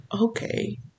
okay